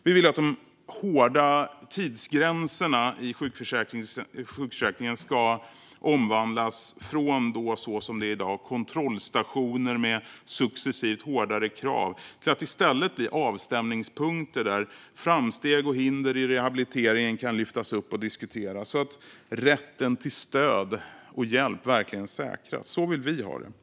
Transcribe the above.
Vi vill att de hårda tidsgränserna i sjukförsäkringen ska omvandlas från så som det är i dag, kontrollstationer med successivt hårdare krav, till att i stället bli avstämningspunkter där framsteg och hinder i rehabiliteringen kan lyftas upp och diskuteras så att rätten till stöd och hjälp verkligen säkras. Så vill vi ha det.